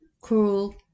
cruel